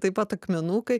taip pat akmenukai